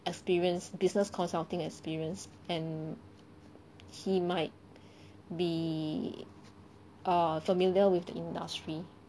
experience business consulting experience and he might be err familiar with the industry